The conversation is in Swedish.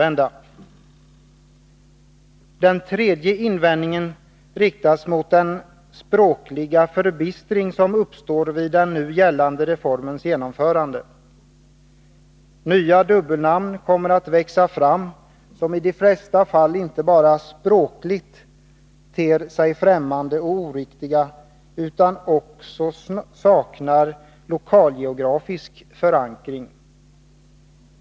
Den tredje invändningen gäller den språkliga förbistring som uppstår i och med reformens genomförande. Nya dubbelnamn kommer att växa fram, som ide flesta fall språkligt ter sig ffrämmande och oriktiga. Dessutom saknar de lokalgeografisk förankring.